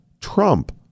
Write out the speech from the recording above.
Trump